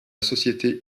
société